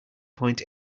point